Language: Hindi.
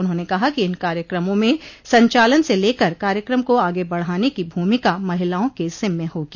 उन्होंने कहा कि इन कायक्रमों में संचालन से लेकर कार्यक्रम को आगे बढ़ाने की भूमिका महिलाओं के जिम्मे होगी